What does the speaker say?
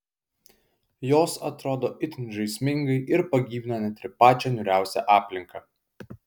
jos atrodo itin žaismingai ir pagyvina net ir pačią niūriausią aplinką